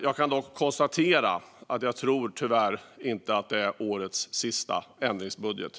Jag kan dock konstatera att jag tyvärr inte tror att det är årets sista ändringsbudget.